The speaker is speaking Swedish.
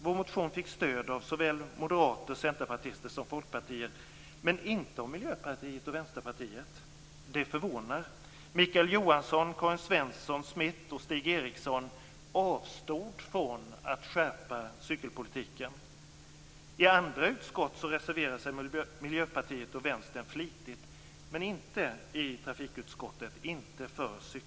Vår motion fick stöd av såväl moderater som centerpartister och folkpartister, men inte av Miljöpartiet och Vänsterpartiet. Smith och Stig Eriksson avstod från att skärpa cykelpolitiken. I andra utskott reserverade sig Miljöpartiet och Vänstern flitigt för cykling, men inte i trafikutskottet.